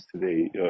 today